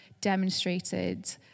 demonstrated